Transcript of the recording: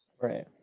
right